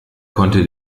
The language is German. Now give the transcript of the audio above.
konnte